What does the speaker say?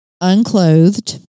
unclothed